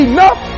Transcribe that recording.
Enough